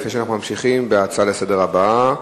לפני שאנחנו ממשיכים בהצעה הבאה לסדר-היום.